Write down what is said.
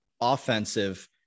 offensive